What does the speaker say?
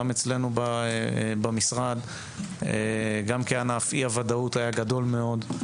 גם כענף אצלנו במשרד כאשר אי הוודאות הייתה גדולה מאוד.